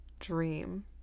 dream